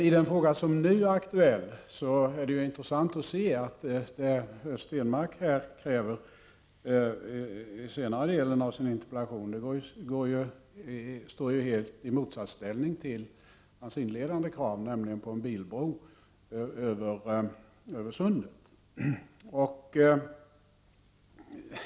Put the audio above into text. I den fråga som nu är aktuell är det intressant att se att det Per Stenmarck kräver i senare delen av sin interpellation helt står i motsatsställning till hans inledande krav, på en bilbro över Öresund.